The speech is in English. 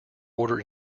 order